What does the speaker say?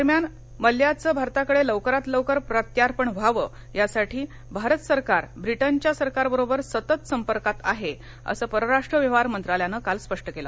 दरम्यान मल्ल्याचं भारताकडे लवकरात लवकर प्रत्यार्पण व्हावं यासाठी भारत सरकार ब्रिटनच्या सरकारबरोबर सतत संपर्कात आहे असं परराष्ट्र व्यवहार मंत्रालयानं काल स्पष्ट केलं